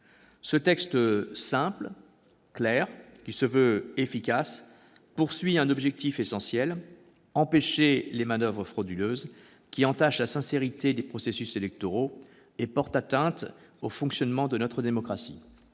Ce texte simple, clair, qui se veut efficace, poursuit un objectif essentiel : empêcher les manoeuvres frauduleuses qui entachent la sincérité des processus électoraux et portent atteinte au fonctionnement de notre démocratie.